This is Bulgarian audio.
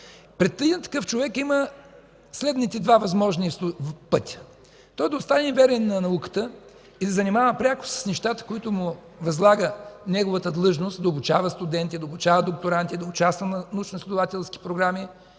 Пред един такъв човек има следните два възможни пътя: той да остане верен на науката и да се занимава пряко с нещата, които му възлага неговата длъжност – да обучава студенти, да обучава докторанти, да участва в научноизследователски програми,